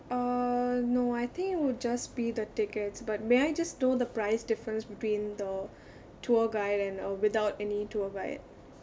uh no I think it would just be the tickets but may I just know the price difference between the tour guide and uh without any tour guide